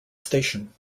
station